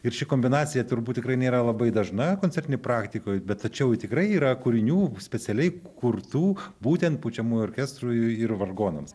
ir ši kombinacija turbūt tikrai nėra labai dažna koncertinėj praktikoj bet tačiau tikrai yra kūrinių specialiai kurtų būtent pučiamųjų orkestrui ir vargonams